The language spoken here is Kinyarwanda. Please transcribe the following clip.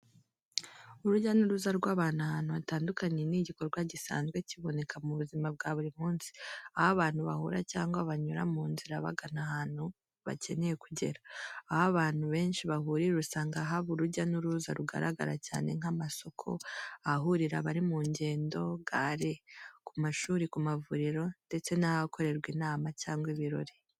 Urujya n’uruza rw’abantu ahantu hatandukanye ni igikorwa gisanzwe kiboneka mu buzima bwa buri munsi, aho abantu bahura cyangwa banyura mu nzira bagana ahantu bakeneye kugera. Aho abantu benshi bahurira usanga haba urujya n’uruza rugaragara cyane nk’amasoko, ahahurira abari mu ngendo (gare), ku mashuri, ku mavuriro, ndetse n’ahakorerwa inama cyangwa ibirori.